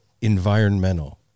environmental